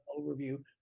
overview